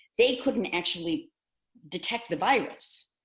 they couldn't actually detect the virus.